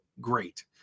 great